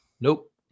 Nope